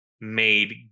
made